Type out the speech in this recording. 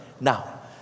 Now